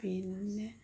പിന്നെ